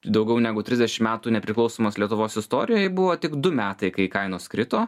daugiau negu trisdešim metų nepriklausomos lietuvos istorijoj buvo tik du metai kai kainos krito